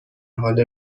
حال